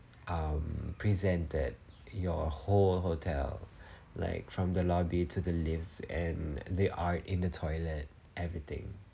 um presented your whole hotel like from the lobby to the lifts and the art in the toilet everything